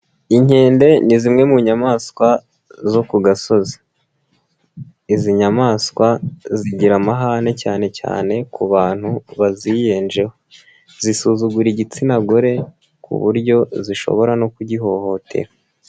Inkende ni zimwe mu nyamaswa zo ku gasozi, izi nyamaswa zigira amahane cyane cyane ku bantu baziyenjeho, zisuzugura igitsina gore ku buryo zishobora no kugihohotera.